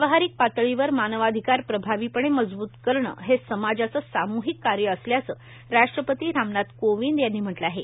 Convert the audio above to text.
व्यावहारिक पातळीवर मानवाधिकार प्रभावीपणे मजब्त करणं हे सामाजाचं साम्हिक कार्य असल्याचं राष्ट्रपती रामनाथ कोविंद यांनी म्हटलं आहे